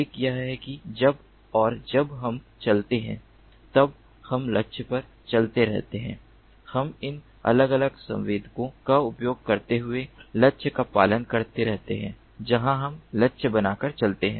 एक यह है कि जब और जब हम चलते हैं तब हम लक्ष्य पर चलते रहते हैं हम इन अलग अलग संवेदकों का उपयोग करते हुए लक्ष्य का पालन करते रहते हैं जहाँ हम लक्ष्य बनाकर चलते हैं